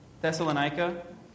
Thessalonica